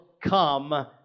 come